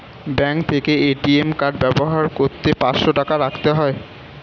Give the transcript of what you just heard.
bank থেকে ATM card ব্যবহার করতে পাঁচশো টাকা রাখতে হয়